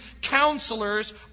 counselors